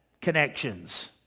connections